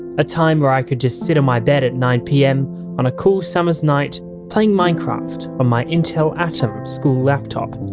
a time when i could just sit on my bed at nine pm on a cool summers night playing minecraft on my intel atom school laptop.